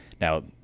Now